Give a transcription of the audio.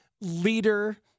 leader